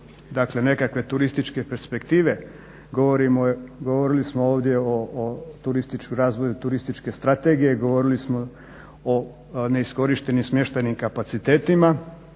dakle nekakve turističke perspektive govorili smo ovdje o razvoju turističke strategije, govorili smo o neiskorištenim smještajnim kapacitetima.